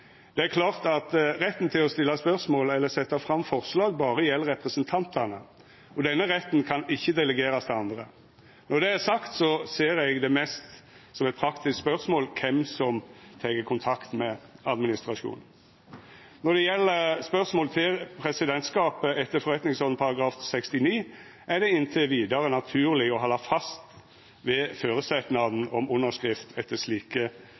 Det er klart at retten til å stilla spørsmål eller setja fram forslag berre gjeld representantane, og denne retten kan ikkje delegerast til andre. Når det er sagt, ser eg det mest som eit praktisk spørsmål kven som tek kontakt med administrasjonen. Når det gjeld spørsmål til presidentskapet etter § 69 i forretningsordenen, er det inntil vidare naturleg å halda fast ved føresetnaden om underskrift, ettersom slike